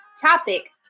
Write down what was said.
topic